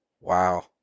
wow